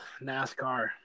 NASCAR